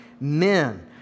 Men